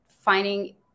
finding